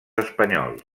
espanyols